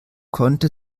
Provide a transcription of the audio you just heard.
konnte